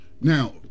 Now